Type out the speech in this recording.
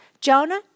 jonah